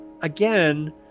again